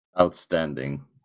Outstanding